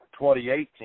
2018